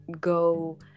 go